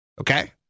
Okay